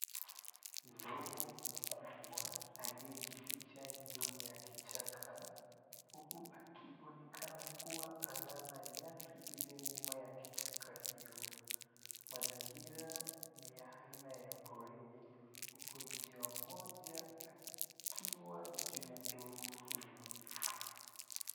Ndovu aliyejificha nyuma ya kichaka huku akionekana kuwa anala nyasi iliyo nyuma ya kichaka hiyo, mazingira ni ya aina ya porini huku njiwa moja akiwa juu ya ndovu huyo.